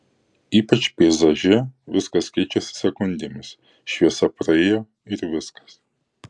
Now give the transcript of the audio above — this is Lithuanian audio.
ypač peizaže viskas keičiasi sekundėmis šviesa praėjo ir viskas